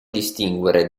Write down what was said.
distinguere